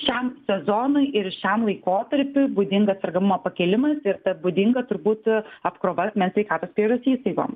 šiam sezonui ir šiam laikotarpiui būdingas sergamumo pakilimas ir tad būdinga turbūt apkrova asmens sveikatos priežiūros įstaigom